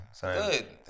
Good